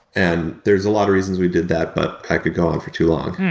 and there's a lot of reasons we did that, but i could go on for too long.